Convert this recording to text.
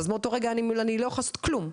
אז באותו רגע אני לא יכול לעשות כלום,